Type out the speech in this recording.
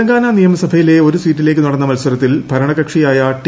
തെലങ്കാന നിയമസഭയിലെ ഒരു സ്വീറ്റില്ലേയ്ക്ക് നടന്ന മത്സരത്തിൽ ഭരണകക്ഷിയായ ടി